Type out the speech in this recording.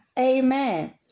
Amen